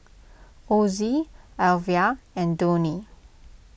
Ozzie Alvia and Donny